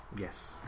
Yes